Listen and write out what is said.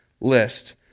list